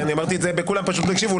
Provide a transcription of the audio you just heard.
אמרתי וכולם פשוט לא הקשיבו.